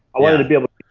i wanted to be able to